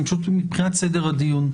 מבחינת סדר הדיון,